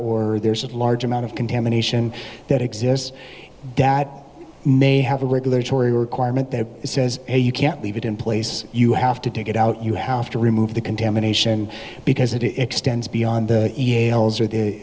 or there's a large amount of contamination that exists that may have a regulatory requirement that says hey you can't leave it in place you have to take it out you have to remove the contamination because it extends beyond e mails or the